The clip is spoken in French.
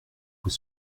vous